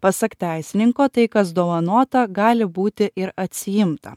pasak teisininko tai kas dovanota gali būti ir atsiimta